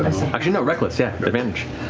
ah you know reckless yeah, advantage.